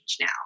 now